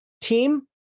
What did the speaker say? team